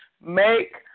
make